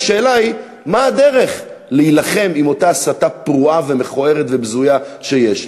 השאלה היא מה הדרך להילחם באותה הסתה פרועה ומכוערת ובזויה שיש.